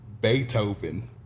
Beethoven